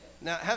Now